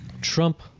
Trump